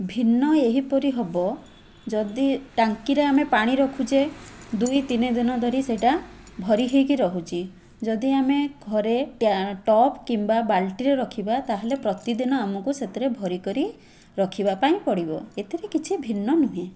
ଭିନ୍ନ ଏହିପରି ହେବ ଯଦି ଟାଙ୍କିରେ ଆମେ ପାଣି ରଖୁଛେ ଦୁଇ ତିନିଦିନ ଧରି ସେଇଟା ଭରି ହେଇକି ରହୁଛି ଯଦି ଆମେ ଘରେ ଟ୍ୟା ଟପ୍ କିମ୍ବା ବାଲ୍ଟିରେ ରଖିବା ତା'ହେଲେ ପ୍ରତିଦିନ ଆମକୁ ସେଥିରେ ଭରିକରି ରଖିବା ପାଇଁ ପଡ଼ିବ ଏଥିରେ କିଛି ଭିନ୍ନ ନୁହେଁ